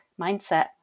mindset